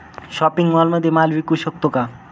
Shopping मॉलमध्ये माल विकू शकतो का?